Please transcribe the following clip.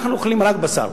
אנחנו אוכלים רק בשר.